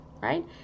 right